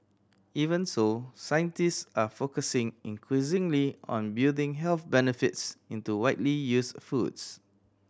even so scientist are focusing increasingly on building health benefits into widely used foods